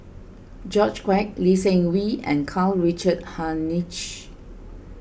George Quek Lee Seng Wee and Karl Richard Hanitsch